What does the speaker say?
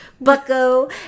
bucko